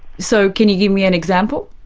so can you give me an example?